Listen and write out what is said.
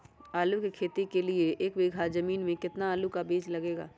आलू की खेती के लिए एक बीघा जमीन में कितना आलू का बीज लगेगा?